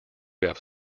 have